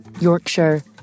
Yorkshire